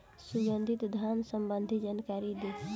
सुगंधित धान संबंधित जानकारी दी?